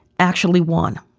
actually, one.